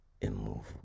immovable